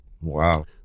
Wow